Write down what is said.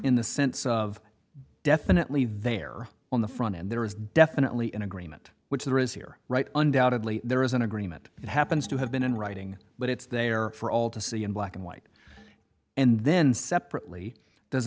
in the sense of definitely there on the front and there is definitely an agreement which there is here right undoubtedly there is an agreement it happens to have been in writing but it's there for all to see in black and white and then separately does